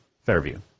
Fairview